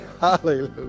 Hallelujah